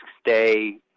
stay